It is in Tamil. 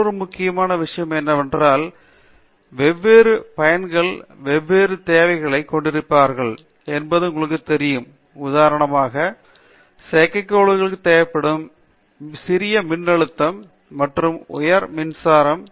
மற்றொரு முக்கியமான விஷயம் என்னவென்றால் வெவ்வேறு பயனர்கள் வெவ்வேறு தேவைகளை கொண்டிருப்பார்கள் என்பது உங்களுக்குத் தெரியும் உதாரணமாக செயற்கைக்கோளுக்கு தேவைப்படும் சிறிய மின்னழுத்தம் மற்றும் உயர் மின்சாரம்